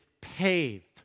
paved